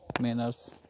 manners